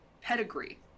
pedigree